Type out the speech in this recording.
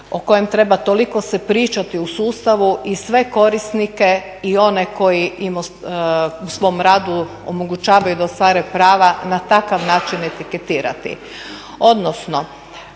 o kojem treba toliko se pričati u sustavu i sve korisnike i one koji im u svom radu omogućavaju da ostvare prava na takav način etiketirati, odnosno